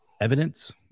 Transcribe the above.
evidence